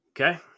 Okay